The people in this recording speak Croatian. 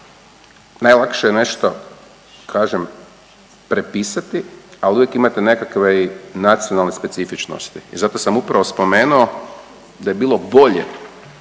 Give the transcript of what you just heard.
Najlakše je nešto kažem prepisati, ali uvijek imate nekakve i nacionalne specifičnosti. I zato sam upravo spomenuo da je bilo bolje,